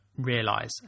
realize